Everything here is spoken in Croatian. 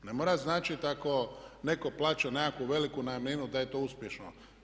Ne mora značiti ako netko plaća nekakvu veliku najamninu da je to uspješno.